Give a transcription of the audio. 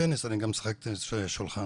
טניס שולחן,